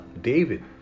David